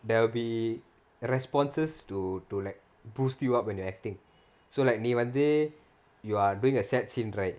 there will be the responses to to like boost you up when you're acting so like நீ வந்து:nee vanthu you are doing a sad scene right